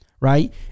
right